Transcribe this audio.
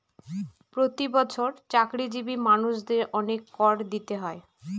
প্রতি বছর চাকরিজীবী মানুষদের অনেক কর দিতে হয়